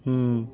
ହଁ